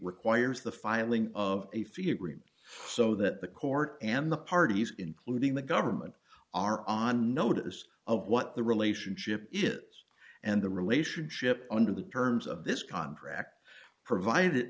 requires the filing of a fee agreement so that the court and the parties including the government are on notice of what the relationship is and the relationship under the terms of this contract provided